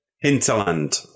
hinterland